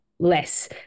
less